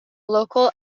local